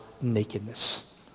nakedness